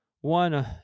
one